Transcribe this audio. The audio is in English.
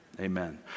Amen